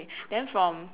okay then from